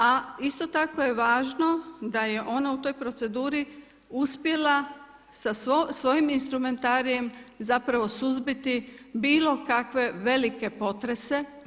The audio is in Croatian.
A isto tako je važno da je ona u toj proceduri uspjela sa svojim instrumentarijem zapravo suzbiti bilo kakve velike potrese.